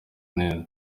neza